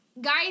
guys